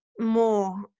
more